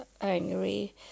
angry